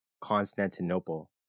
Constantinople